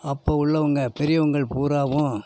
அப்போ உள்ளவங்க பெரியவங்கள் பூராகவும்